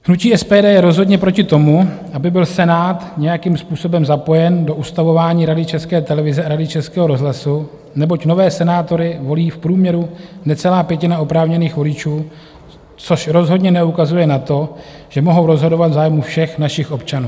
Hnutí SPD je rozhodně proti tomu, aby byl Senát nějakým způsobem zapojen do ustavování Rady České televize a Rady Českého rozhlasu, neboť nové senátory volí v průměru necelá pětina oprávněných voličů, což rozhodně neukazuje na to, že mohou rozhodovat v zájmu všech našich občanů.